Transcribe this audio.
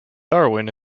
darwen